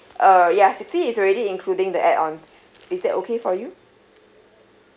err ya fee is already including the add ons is that okay for you